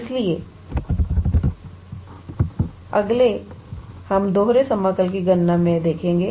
इसलिए अगले हम दोहरे समाकल की गणना में देखेंगे